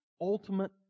ultimate